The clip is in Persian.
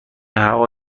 هوا